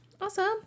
Awesome